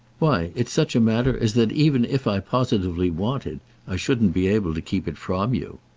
why it's such a matter as that even if i positively wanted i shouldn't be able to keep it from you.